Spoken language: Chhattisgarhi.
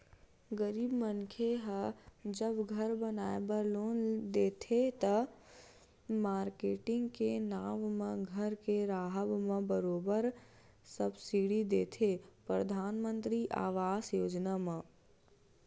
गरीब मनखे ह जब घर बनाए बर लोन देथे त, मारकेटिंग के नांव म घर के राहब म बरोबर सब्सिडी देथे परधानमंतरी आवास योजना म